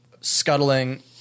scuttling